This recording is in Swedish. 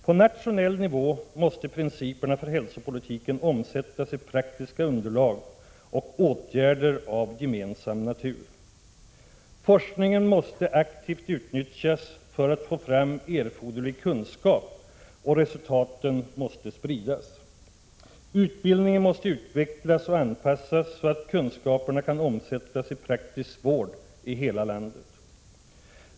På nationell nivå måste principerna för hälsopolitiken omsättas i praktiska underlag och åtgärder av gemensam natur. Forskningen måste aktivt utnyttjas för att vi skall få fram erforderlig kunskap, och resultaten måste spridas. Utbildningen måste utvecklas och anpassas, så att kunskaperna kan omsättas i praktisk vård i hela landet.